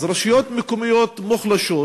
אז רשויות מקומיות מוחלשות